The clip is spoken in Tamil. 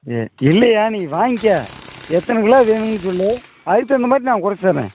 எ இல்லைய்யா நீ வாங்கிக்க எத்தனை கிலோ வேணும்னு சொல் அதுக்குத் தகுந்த மாதிரி நான் குறைச்சுத் தர்றேன்